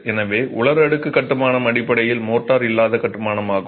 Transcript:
எனவே உலர் அடுக்கு கட்டுமானம் அடிப்படையில் மோர்ட்டார் இல்லாத கட்டுமானமாகும்